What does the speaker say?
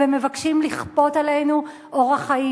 ומבקשים לכפות עלינו אורח חיים.